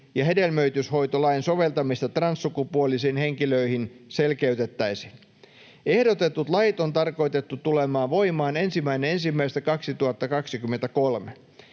ja hedelmöityshoitolain soveltamista transsukupuolisiin henkilöihin selkeytettäisiin. Ehdotetut lait on tarkoitettu tulemaan voimaan 1.1.2023.